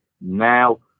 Now